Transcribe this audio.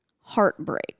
heartbreak